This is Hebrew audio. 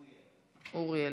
אוריאל.